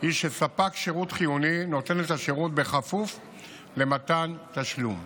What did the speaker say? היא שספק שירות חיוני נותן את השירות בכפוף למתן תשלום.